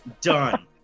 done